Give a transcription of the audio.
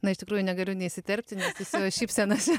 na iš tikrųjų negaliu įsiterpti ne mūsų šypsenose